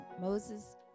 Moses